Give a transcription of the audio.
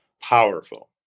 powerful